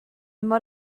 mor